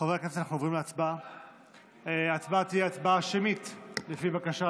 חברי הכנסת, זו תהיה הצבעה שמית על פי בקשת